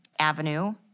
avenue